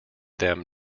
them